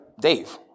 Dave